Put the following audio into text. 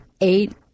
eight